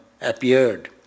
appeared